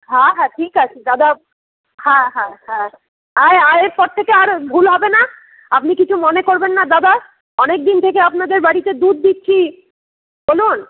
হ্যাঁ হ্যাঁ ঠিক আছে দাদা হ্যাঁ হ্যাঁ হ্যাঁ আর আর এরপর থেকে আর ভুল হবে না আপনি কিছু মনে করবেন না দাদা অনেকদিন থেকে আপনাদের বাড়িতে দুধ দিচ্ছি বলুন